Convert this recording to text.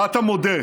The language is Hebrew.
מה אתה מודה?